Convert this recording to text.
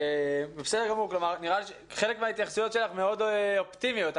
חלק מההתייחסויות שלך מאוד אופטימיות.